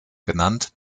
genannt